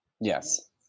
Yes